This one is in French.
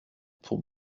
pour